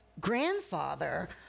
grandfather